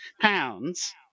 pounds